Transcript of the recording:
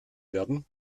werden